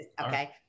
okay